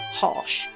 harsh